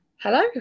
Hello